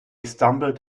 stumbled